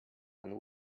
and